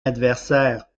adversaire